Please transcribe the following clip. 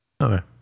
Okay